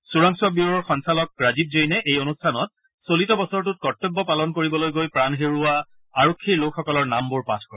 চোৰাংচোৱা ব্যুৰৰ সঞ্চালক ৰাজীৱ জৈনে এই অনুষ্ঠানত চলিত বছৰটোত কৰ্তব্য পালন কৰিবলৈ গৈ প্ৰাণ হেৰুওৱা আৰক্ষীৰ লকোসকলৰ নামবোৰ পাঠ কৰে